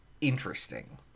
interesting